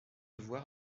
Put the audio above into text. voir